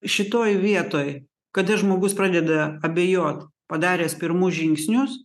šitoj vietoj kada žmogus pradeda abejot padaręs pirmus žingsnius